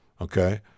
okay